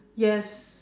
yes